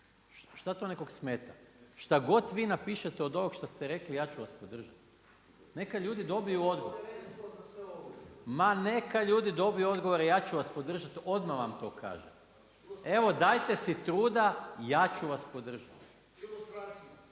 šta to nekog smeta? Šta god vi napišete od ovog što ste rekli ja ću vas podržati. Neka ljudi dobiju odgovor. Ja ću vas podržati odmah vam to kažem. Evo dajte si truda ja ću vas podržati.